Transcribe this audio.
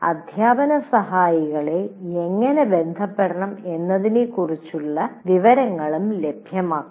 അധ്യാപന സഹായികളെ എങ്ങനെ ബന്ധപ്പെടണം എന്നതിനെക്കുറിച്ചുള്ള വിവരങ്ങളും ലഭ്യമാക്കണം